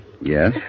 Yes